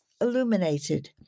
illuminated